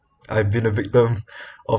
I've been a victim of